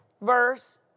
verse